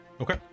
Okay